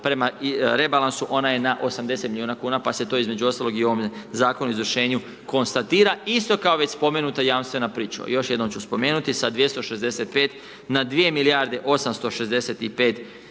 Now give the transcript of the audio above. prema rebalansu ona je na 80 milijuna kuna, pa se to, između ostaloga, i ovim Zakonom o izvršenju konstatira isto kao već spomenuta jamstvena pričuva. Još jednom ću spomenuti sa 265 na 2 milijarde 865 milijuna